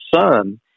son